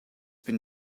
been